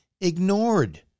ignored